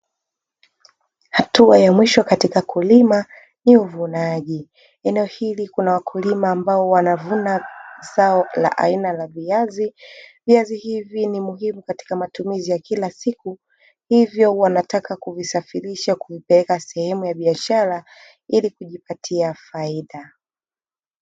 Hatua ya mwisho katika kulima ni uvunaji, eneo hili kuna wakulima ambao wanavuna zao la aina la viazi. Viazi hivi ni muhimu kwa matumizi ya kila siku, hivyo wanataka kuvisafirisha kuvipeleka sehemu ya biashara ili kujipatia faida.